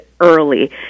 early